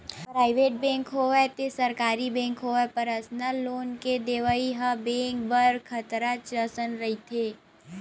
private bank होवय ते सरकारी बेंक होवय परसनल लोन के देवइ ह बेंक बर खतरच असन रहिथे